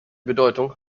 bedeutung